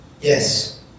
Yes